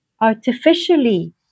artificially